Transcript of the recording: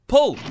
Pull